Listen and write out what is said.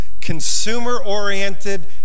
consumer-oriented